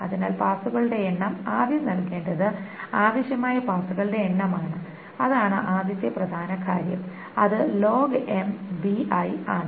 അതിനാൽ പാസുകളുടെ എണ്ണം ആദ്യം നൽകേണ്ടത് ആവശ്യമായ പാസുകളുടെ എണ്ണമാണ് അതാണ് ആദ്യത്തെ പ്രധാന കാര്യം അത് ആണ്